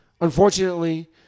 unfortunately